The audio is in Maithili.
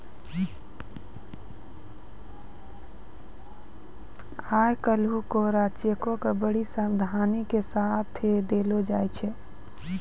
आइ काल्हि कोरा चेको के बड्डी सावधानी के साथे देलो जाय छै